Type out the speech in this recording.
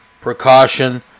precaution